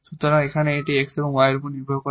সুতরাং এখানে এটি x এবং y এর উপর নির্ভর করে